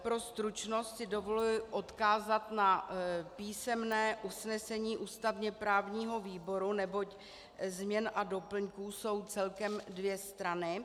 Pro stručnost si dovoluji odkázat na písemné usnesení ústavněprávního výboru, neboť změn a doplňků jsou celkem dvě strany.